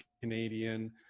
Canadian